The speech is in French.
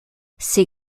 ses